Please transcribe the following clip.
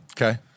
Okay